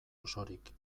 osorik